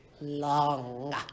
long